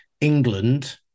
England